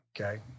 Okay